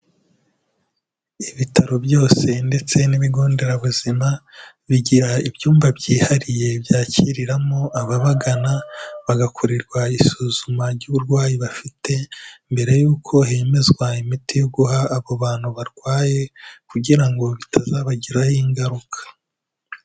Ibitaro byose ndetse n'ibigo nderabuzima, bigira ibyumba byihariye byakiriramo ababagana, bagakorerwa isuzuma ry'uburwayi bafite, mbere y'uko hemezwa imiti yo guha abo bantu barwaye kugira ngo bitazabagiraho ingaruka.